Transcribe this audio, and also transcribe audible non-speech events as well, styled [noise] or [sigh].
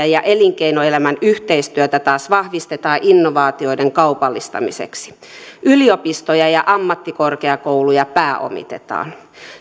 [unintelligible] ja elinkeinoelämän yhteistyötä taas vahvistetaan innovaatioiden kaupallistamiseksi yliopistoja ja ammattikorkeakouluja pääomitetaan